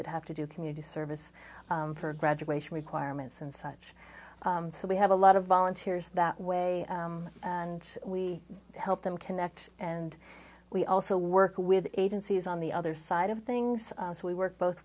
that have to do community service for graduation requirements and such so we have a lot of volunteers that way and we help them connect and we also work with agencies on the other side of things as we work both